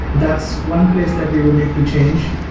that's one place that we would need to change.